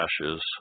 ashes